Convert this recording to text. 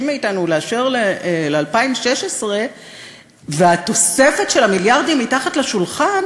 מאתנו לאשר ל-2016 והתוספת של המיליארדים מתחת לשולחן